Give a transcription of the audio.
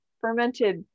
fermented